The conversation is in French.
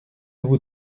vous